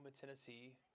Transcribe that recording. Tennessee